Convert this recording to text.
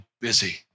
busy